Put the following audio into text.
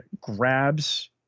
grabs